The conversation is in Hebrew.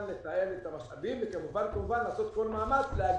לתעל את המשאבים וכמובן לעשות כל מאמץ להגדיל.